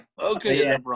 okay